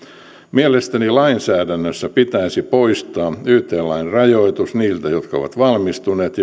mielestäni lainsäädännöstä pitäisi poistaa yt lain rajoitus niiltä jotka ovat valmistuneet